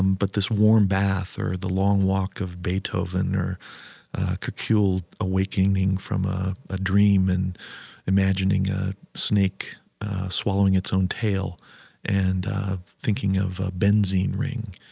but this warm bath or the long walk of beethoven or kekule awakening from ah a dream and imagining a snake swallowing its own tail and thinking of a benzene ring.